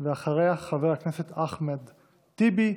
אחריה, חבר הכנסת אחמד טיבי,